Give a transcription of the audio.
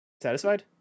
Satisfied